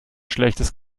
schlechtes